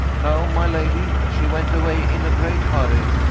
no, my lady. she went away in a great hurry.